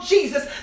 Jesus